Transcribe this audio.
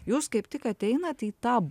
jūs kaip tik ateinat į tą